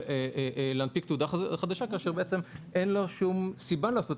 להנפיק תעודה חדשה כאשר בעצם אין לו שום סיבה לעשות